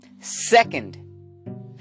Second